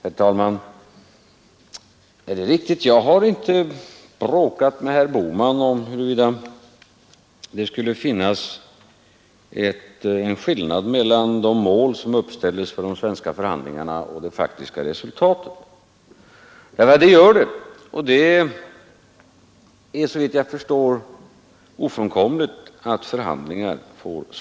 Herr talman! Jag har inte bråkat med herr Bohman om huruvida det skulle finnas en skillnad mellan de mål som uppställdes för de svenska förhandlingarna och det faktiska resultatet. En sådan skillnad finns och det är såvitt jag förstår ofrånkomligt vid förhandlingar.